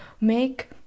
make